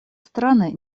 страны